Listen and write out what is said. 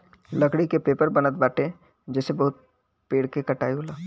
लकड़ी के पेपर बनत बाटे जेसे बहुते पेड़ के कटाई होला